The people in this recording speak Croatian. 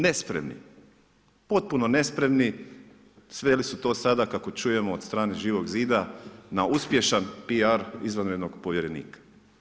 Nespremno, potpuno nespremni, sveli smo to sada, kako čujemo od strane Živog zida, na uspješan PR izvanrednog povjerenika.